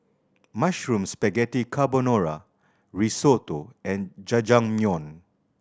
Mushroom Spaghetti Carbonara Risotto and Jajangmyeon